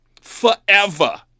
Forever